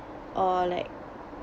or like